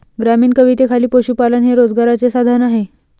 ग्रामीण कवितेखाली पशुपालन हे रोजगाराचे साधन आहे